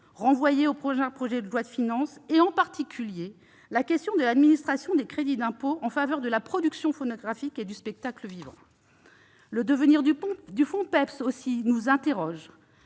prochain projet de loi de finances, et en particulier la question de l'administration des crédits d'impôt en faveur de la production phonographique et du spectacle vivant. Nous nous interrogeons